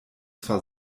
zwar